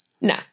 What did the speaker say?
No